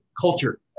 culture